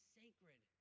sacred